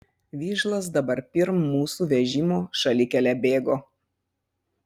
vižlas dabar pirm mūsų vežimo šalikele bėgo